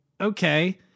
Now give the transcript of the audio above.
okay